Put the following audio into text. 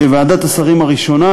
בוועדת השרים הראשונה,